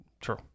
True